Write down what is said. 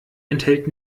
enthält